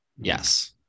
Yes